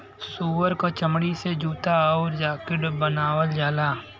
सूअर क चमड़ी से जूता आउर जाकिट बनावल जाला